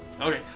okay